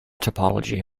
topology